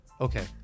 Okay